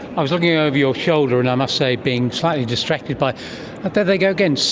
i was looking over your shoulder and i must say being slightly distracted by, there they go again,